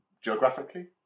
Geographically